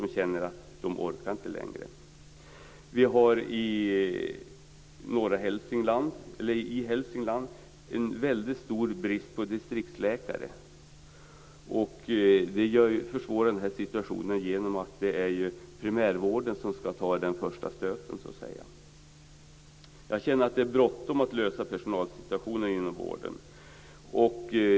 De känner att de inte orkar längre. I Hälsingland finns det en väldigt stor brist på distriktsläkare. Det försvårar situationen genom att det blir primärvården som får ta den första stöten. Jag känner att det är bråttom att komma till rätta med personalsituationen inom vården.